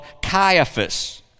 Caiaphas